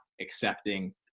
accepting